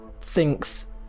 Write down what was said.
Thinks